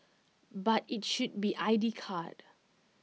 but IT should be I D card